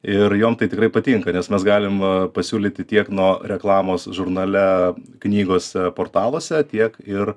ir jom tai tikrai patinka nes mes galim pasiūlyti tiek nuo reklamos žurnale knygose portaluose tiek ir